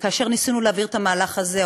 וכאשר ניסינו להעביר את המהלך הזה,